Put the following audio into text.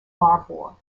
barbour